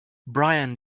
bryan